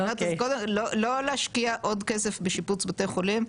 לא להשקיע עוד כסף בשיפוץ בתי חולים,